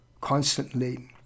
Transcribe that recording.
constantly